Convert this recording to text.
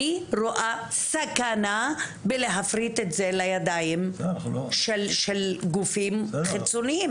אני רואה סכנה בלהפריט את זה לידיים של גופים חיצוניים.